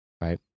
right